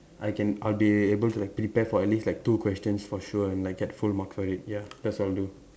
I can I'd be able to like to prepare for at least like two questions for sure and like get full marks for it ya that's what I'll do